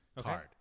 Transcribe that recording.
card